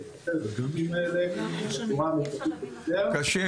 כדי למגר את ה -- (שיחה מקוטעת) קשה,